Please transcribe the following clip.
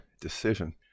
decision